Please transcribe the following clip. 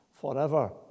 forever